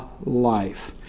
life